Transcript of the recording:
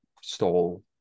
stole